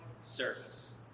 service